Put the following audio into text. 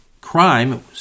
Crime